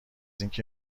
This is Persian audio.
اینکه